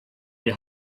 die